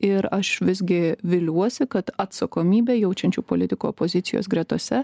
ir aš visgi viliuosi kad atsakomybę jaučiančių politikų opozicijos gretose